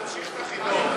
תמשיך את החידון.